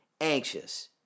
anxious